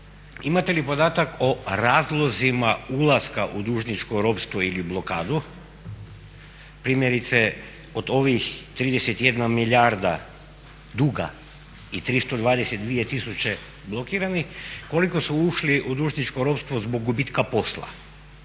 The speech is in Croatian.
imate li podatak o razlozima ulaska u dužničko ropstvo ili blokadu? Primjerice od ovih 31 milijardu duga i 322 tisuće blokiranih koliko su ušli u dužničko ropstvo zbog gubitka posla?